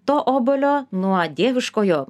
to obuolio nuo dieviškojo